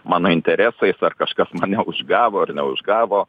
mano interesais ar kažkas mane užgavo ar neužgavo